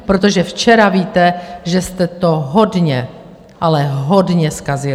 Protože včera, víte, že jste to hodně, ale hodně zkazili.